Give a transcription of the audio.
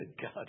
God